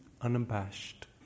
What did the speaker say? unabashed